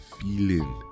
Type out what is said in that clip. feeling